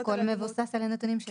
הכול מבוסס על הנתונים שהעברתם אלינו.